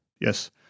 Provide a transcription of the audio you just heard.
Yes